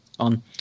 on